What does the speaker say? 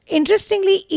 Interestingly